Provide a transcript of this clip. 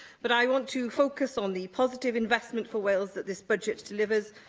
but i want to focus on the positive investment for wales that this budget delivers,